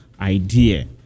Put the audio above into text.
idea